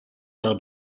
del